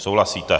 Souhlasíte.